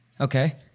Okay